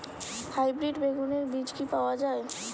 Hybrid বেগুনের বীজ কি পাওয়া য়ায়?